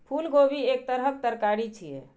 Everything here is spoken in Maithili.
फूलगोभी एक तरहक तरकारी छियै